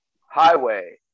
Highway